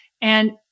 and-